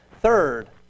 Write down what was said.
Third